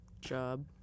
job